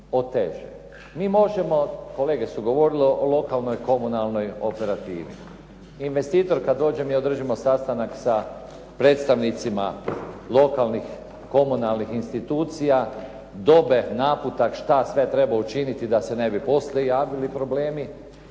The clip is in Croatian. oteže, mi možemo, kolege su govorile o lokalnoj, komunalnoj operativi, investitor kada dođem, mi održimo sastanak sa predstavnicima lokalnih, komunalnih institucija, dobe naputak šta sve treba učiniti da se ne bi poslije javili problemi